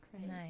Nice